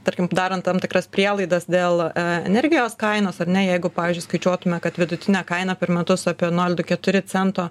tarkim darant tam tikras prielaidas dėl energijos kainos ar ne jeigu pavyzdžiui skaičiuotume kad vidutinė kaina per metus apie nol du keturi cento